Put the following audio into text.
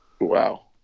Wow